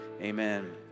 amen